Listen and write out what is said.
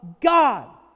God